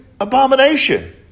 abomination